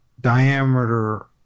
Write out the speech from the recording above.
diameter